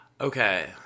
Okay